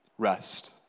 Rest